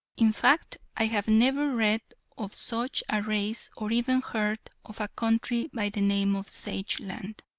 in fact i have never read of such a race or even heard of a country by the name of sageland.